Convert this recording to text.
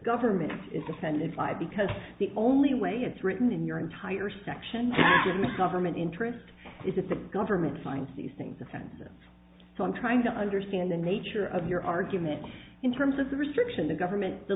government is the senate side because the only way it's written in your entire section government interest is if the government finds these things offensive so i'm trying to understand the nature of your argument in terms of the restriction the government the